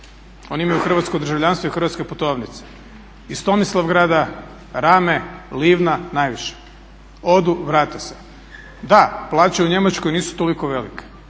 Oni imaju hrvatsko državljanstvo i hrvatske putovnice, iz Tomislavgrada, Rame, Livna najviše. Odu i vrate se. Da, plaće u Njemačkoj nisu toliko velike